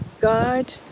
God